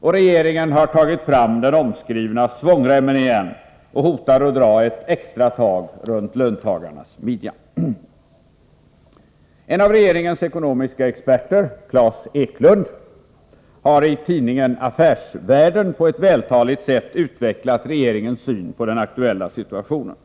och regeringen har tagit fram den omskrivna svångremmen igen samt hotar att dra ett extra tag runt löntagarnas midja. En av regeringens ekonomiska experter, Klas Eklund, har i tidningen Affärsvärlden på ett vältaligt sätt utvecklat regeringens syn på den aktuella situationen.